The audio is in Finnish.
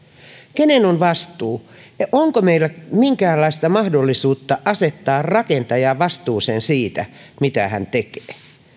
kenen on vastuu ja onko meillä minkäänlaista mahdollisuutta asettaa rakentajaa vastuuseen siitä mitä hän